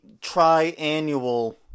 tri-annual